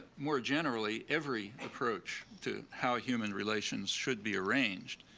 more generally, every approach to how human relations should be arranged,